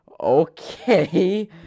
Okay